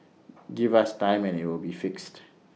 give us time and IT will be fixed